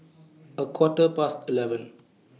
A Quarter Past eleven